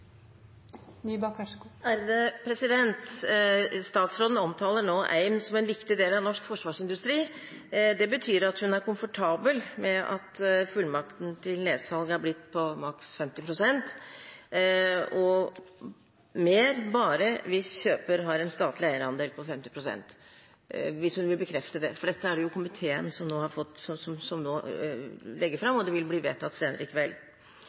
skapt usikkerhet. Så totalt sett mener jeg at dette er en god ordning også for de ansatte, som vil bidra til trygghet framover. Statsråden omtaler nå AIM som en viktig del av norsk forsvarsindustri. Det betyr at hun er komfortabel med at fullmakten til nedsalg er blitt på maks 50 pst. og mer bare hvis kjøper har en statlig eierandel på 50 pst. Vil hun bekrefte det, for dette er jo det komiteen nå legger fram,